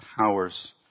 powers